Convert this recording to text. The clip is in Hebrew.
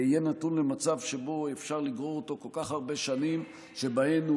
יהיה נתון למצב שבו אפשר לגרור אותו כל כך הרבה שנים שבהן הוא